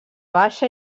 baixa